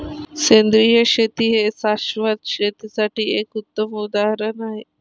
सेंद्रिय शेती हे शाश्वत शेतीसाठी एक उत्तम उदाहरण आहे